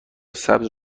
سبز